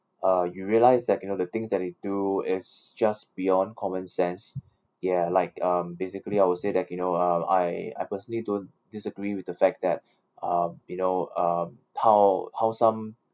uh you realise that you know the things that they do is just beyond common sense ya like um basically I will say that you know uh I I personally don't disagree with the fact that uh you know um how how some